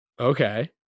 Okay